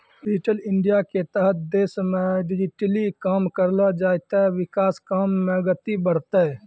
digital इंडियाके तहत देशमे डिजिटली काम करलो जाय ते विकास काम मे गति बढ़तै